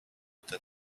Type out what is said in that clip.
that